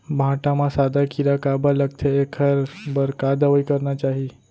भांटा म सादा कीरा काबर लगथे एखर बर का दवई करना चाही?